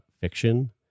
fiction